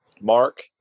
mark